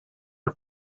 are